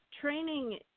Training